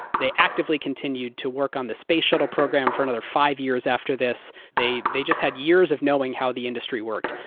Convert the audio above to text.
they actively continued to work on the space shuttle program for another five years after this. they they just had years of knowing how the industry worked.